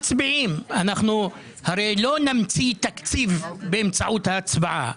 הרי לא נמציא תקציב באמצעות ההצבעה.